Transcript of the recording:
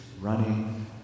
running